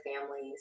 families